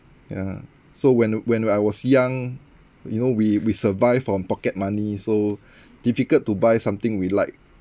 ya so when when I was young you know we we survive from pocket money so difficult to buy something we like